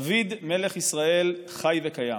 דוד מלך ישראל חי וקיים.